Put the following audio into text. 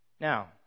Now